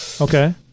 Okay